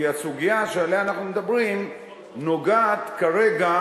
כי הסוגיה שעליה אנחנו מדברים נוגעת כרגע